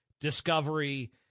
discovery